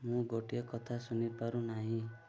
ମୁଁ ଗୋଟିଏ କଥା ଶୁଣିପାରୁ ନାହିଁ